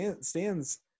stands –